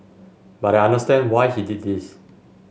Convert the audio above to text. but I understand why he did this